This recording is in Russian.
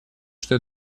что